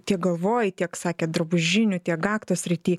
tiek galvoj tiek sakėt drabužinių tiek gaktos srity